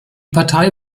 partei